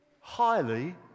highly